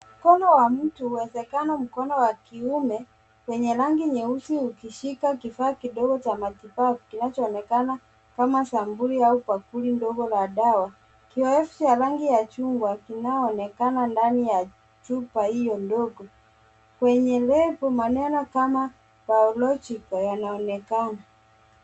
Mkono wa mtu, uwezekano mkono wa kiume, wenye rangi nyeusi ukishika kifaa kidogo cha matibabu kinachoonekana kama sampuli au bakuli ndogo la dawa. Kioevu cha rangi ya chungwa kinayoonekana ndani ya chupa hio ndogo. Kwenye lebo, maneno kama Biological yanaonekana.